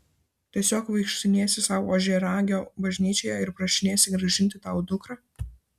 tiesiog vaikštinėsi sau ožiaragio bažnyčioje ir prašinėsi grąžinti tau dukrą